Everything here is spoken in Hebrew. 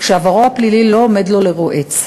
כשעברו הפלילי לא עומד לו לרועץ.